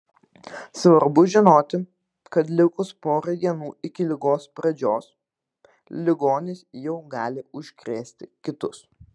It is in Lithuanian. svarbu žinoti kad likus porai dienų iki ligos pradžios ligonis jau gali užkrėsti kitus